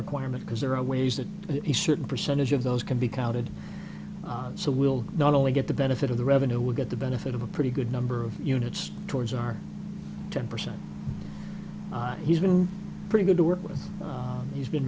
requirement because there are ways that he certain percentage of those can be counted so we'll not only get the benefit of the revenue will get the benefit of a pretty good number of units towards our ten percent he's been pretty good to work with he's been